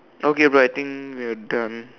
okay but I think we're done